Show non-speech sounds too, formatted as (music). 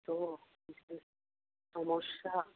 তো (unintelligible) সমস্যা